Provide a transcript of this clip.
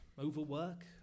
Overwork